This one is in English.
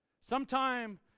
sometime